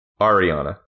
Ariana